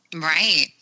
Right